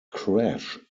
crash